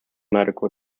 medical